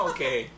Okay